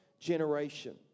generation